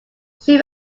chief